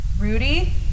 Rudy